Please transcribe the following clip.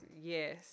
yes